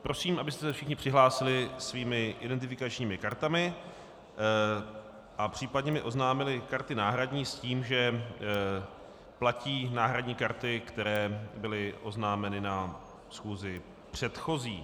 Prosím, abyste se všichni přihlásili svými identifikačními kartami a případně mi oznámili karty náhradní, s tím, že platí náhradní karty, které byly oznámeny na schůzi předchozí.